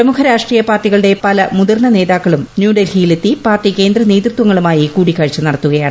പ്രമുഖ രാഷ്ട്രീയ പാർട്ടികളുടെ പല മുതിർന്ന നേതാക്കളും ന്യൂഡൽഹിയിൽ എത്തി പാർട്ടി കേന്ദ്ര നേതൃത്വങ്ങളുമായി കൂടിക്കാഴ്ച നൃട്ടത്തുകയാണ്